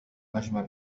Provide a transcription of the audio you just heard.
أجمل